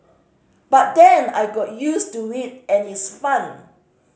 but then I got used to it and its fun